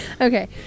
Okay